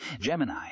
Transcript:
Gemini